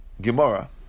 Gemara